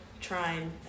trying